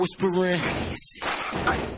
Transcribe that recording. whispering